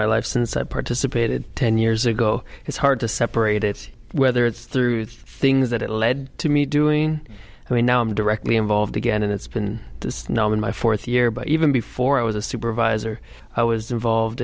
my life since i participated ten years ago it's hard to separate it whether it's through the things that it led to me doing i mean now i'm directly involved again and it's been snowing my fourth year but even before i was a supervisor i was involved